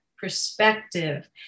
perspective